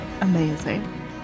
Amazing